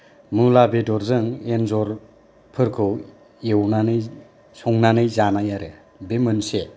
मुला बेदरजों एन्जरफोरखौ एवनानै संनानै जानाय आरो बे मोनसे